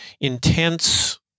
intense